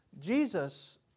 Jesus